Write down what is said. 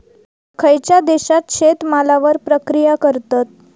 खयच्या देशात शेतमालावर प्रक्रिया करतत?